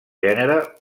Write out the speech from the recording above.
gènere